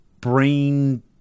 brain